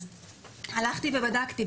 אז הלכתי ובדקתי,